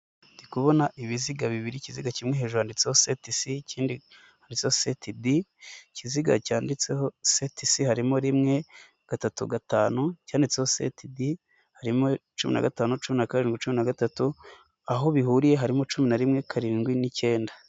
Ndi kubona ibiziga bibiri, ikiziga kimwe hejuru handitseho seti si, ikindi handitseho seti di, ikiziga cyanditseho seti si harimo rimwe, gatatu, gatanu. Icyanditseho seti di harimo cumi na gatanu, cumi na karindwi na cumi na gatatu, aho bihuriye harimo cumi na rimwe, karindwi n'icyenda.